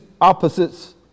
opposites